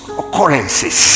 occurrences